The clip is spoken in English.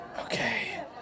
Okay